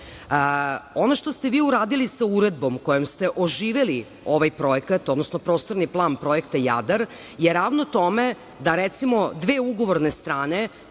što ste vi uradili sa uredbom kojom ste oživeli ovaj projekat, odnosno prostorni plan projekta „Jadar“ je ravno tome da recimo dve ugovorne strane